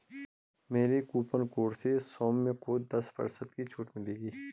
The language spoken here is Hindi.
मेरे कूपन कोड से सौम्य को दस प्रतिशत की छूट मिलेगी